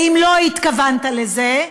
ואם לא התכוונת לזה,